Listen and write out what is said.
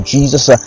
Jesus